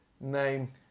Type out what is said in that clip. name